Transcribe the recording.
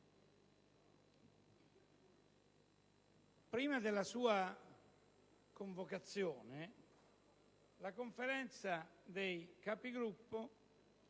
Prima della sua convocazione, la Conferenza dei Capigruppo